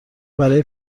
برای